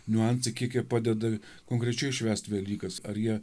niuansai kiek įie padeda konkrečiai švęst velykas ar jie